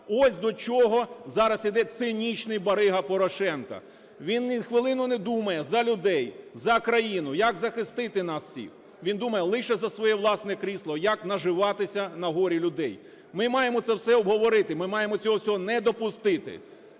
Ось до чого зараз іде цинічний барига Порошенко. Він і хвилину не думає за людей, за країну, як захистити нас всіх, він думає лише за своє власне крісло, як наживатися на горі людей. Ми маємо це все обговорити. Ми маємо цього всього не допустити.